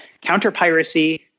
counter-piracy